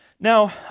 Now